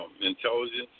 intelligence